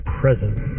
present